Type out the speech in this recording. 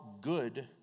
good